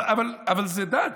אבל זו דת.